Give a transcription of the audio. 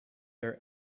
their